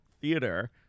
theater